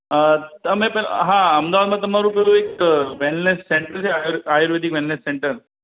હં તમે પેલા હા અમદાવાદમાં તમારું પેલું એક વૅલનેસ સેન્ટર છે આયુર આયુર્વેદિક વૅલનેસ સેન્ટર